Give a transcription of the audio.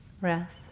Rest